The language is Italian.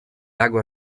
lago